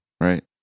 right